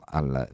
al